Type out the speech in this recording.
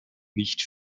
nicht